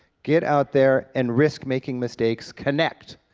get out there and risk making mistakes, connect.